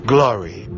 Glory